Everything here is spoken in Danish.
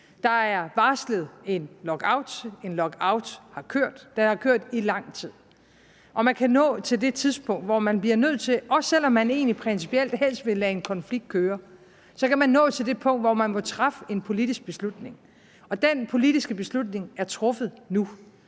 Der er varslet en lockout, en lockout har kørt, den har kørt i lang tid. Og man kan nå til det tidspunkt, hvor man bliver nødt til – også selv om man egentlig principielt helst vil lade en konflikt køre – at træffe en politisk beslutning, og den politiske beslutning er truffet nu.